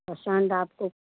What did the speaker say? पसन्द आपको